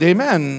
Amen